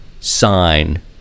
sign